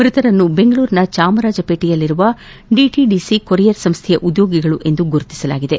ಮೃತರನ್ನು ಬೆಂಗಳೂರಿನ ಚಾಮರಾಜಪೇಟೆಯಲ್ಲಿರುವ DTDC courier ಸಂಸ್ವೆಯ ಉದ್ಯೋಗಿಗಳು ಎಂದು ಗುರುತಿಸಲಾಗಿದೆ